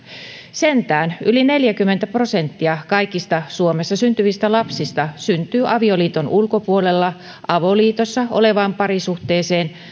sentään yli neljäkymmentä prosenttia kaikista suomessa syntyvistä lapsista syntyy avioliiton ulkopuolella avoliitossa olevaan parisuhteeseen